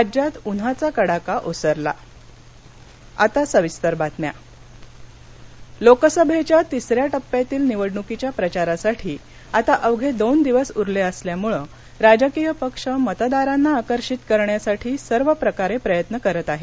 राज्यात उन्हाचा कडाका ओसरला निवडणक लोकसभेच्या तिसऱ्या टप्प्यातील निवडणुकीच्या प्रचारासाठी आता अवघे दोन दिवस उरले असल्यामुळे राजकीय पक्ष मतदारांना आकर्षित करण्यासाठी सर्व प्रकारे प्रयत्न करत आहेत